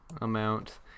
amount